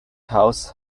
house